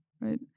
right